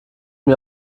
mir